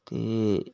ਅਤੇ